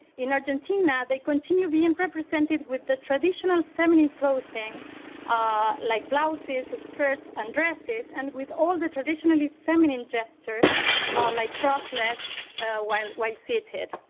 in argentina, they continued being represented with the traditional feminine clothing ah like blouses, skirts and dresses and with all the traditionally feminine gestures like crossed legs while while seated.